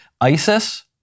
ISIS